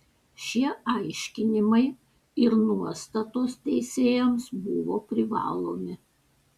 šie aiškinimai ir nuostatos teisėjams buvo privalomi